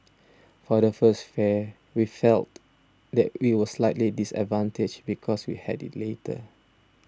for the first fair we felt that we were slightly disadvantaged because we had it later